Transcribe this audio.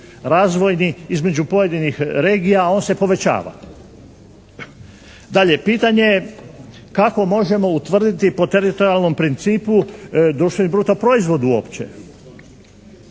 razvojni između pojedinih regija, a on se povećava. Dalje, pitanje je kako možemo utvrditi po teritorijalnom principu društveni brutoproizvod uopće.